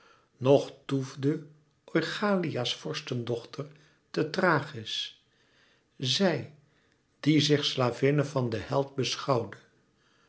nog toefde oichalia s vorstendochter te thrachis zij die zich slavinne van den held beschouwde